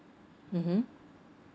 mmhmm